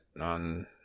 On